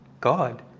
God